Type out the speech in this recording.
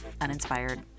uninspired